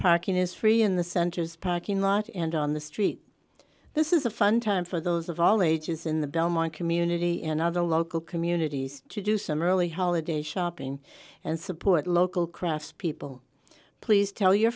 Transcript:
parking is free in the center's parking lot and on the street this is a fun time for those of all ages in the belmont community and other local communities to do some early holiday shopping and support local craftspeople please tell your